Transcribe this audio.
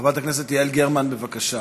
חברת הכנסת יעל גרמן, בבקשה.